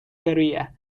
career